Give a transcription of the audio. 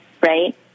right